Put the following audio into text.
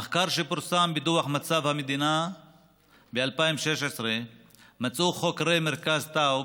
במחקר שפורסם בדוח מצב המדינה 2016 מצאו חוקרי מרכז טאוב